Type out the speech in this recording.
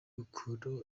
ukuntu